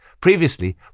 Previously